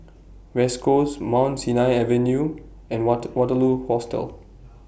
West Coast Mount Sinai Avenue and What Waterloo Hostel